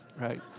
right